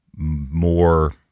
more